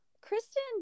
Kristen